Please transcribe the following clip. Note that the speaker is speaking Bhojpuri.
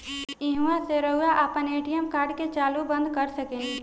ईहवा से रऊआ आपन ए.टी.एम कार्ड के चालू बंद कर सकेनी